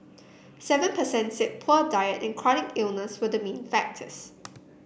seven percent said poor diet and chronic illness were the main factors